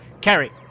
carry